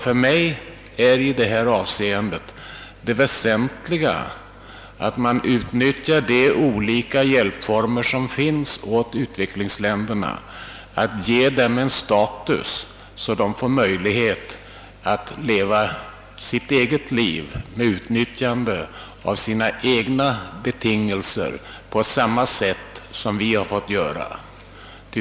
För mig är det väsentliga att man utnyttjar de olika former som finns för att ge u-länderna en sådan status, att de får möjlighet att leva sitt eget liv med utnyttjande av sina egna resurser på samma sätt som vi har fått göra.